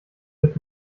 mit